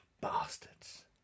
bastards